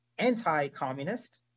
anti-communist